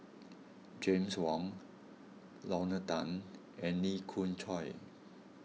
James Wong Lorna Tan and Lee Khoon Choy